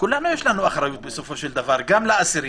לכולנו יש אחריות בסופו של דבר, גם לאסירים,